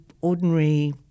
ordinary